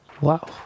Wow